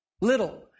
Little